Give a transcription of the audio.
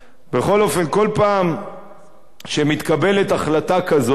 בכל פעם שמתקבלת החלטה כזו,